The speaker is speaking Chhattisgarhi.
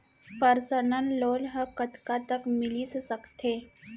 पर्सनल लोन ह कतका तक मिलिस सकथे?